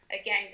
again